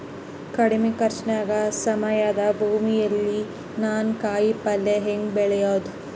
ಕಡಮಿ ಖರ್ಚನ್ಯಾಗ್ ಸಾವಯವ ಭೂಮಿಯಲ್ಲಿ ನಾನ್ ಕಾಯಿಪಲ್ಲೆ ಹೆಂಗ್ ಬೆಳಿಯೋದ್?